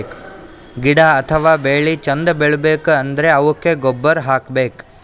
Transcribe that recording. ಗಿಡ ಅಥವಾ ಬೆಳಿ ಚಂದ್ ಬೆಳಿಬೇಕ್ ಅಂದ್ರ ಅವುಕ್ಕ್ ಗೊಬ್ಬುರ್ ಹಾಕ್ಬೇಕ್